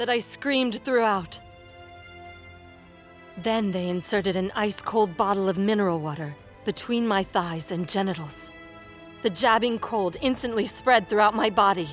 that i screamed throughout then they inserted an ice cold bottle of mineral water between my thighs and genitals the jabbing cold instantly spread throughout my body